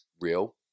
real